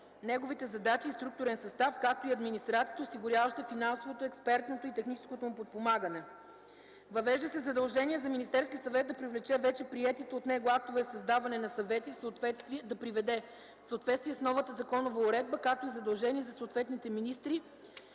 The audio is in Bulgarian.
неговите задачи и структурен състав, както и администрацията, осигуряваща финансовото, експертното и техническото му подпомагане. Въвежда се задължение за Министерския съвет да приведе вече приетите от него актове за създаване на съвета в съответствие с новата законова уредба, както и задължения за съответните министри,